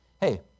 Hey